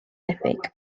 debyg